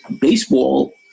Baseball